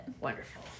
Wonderful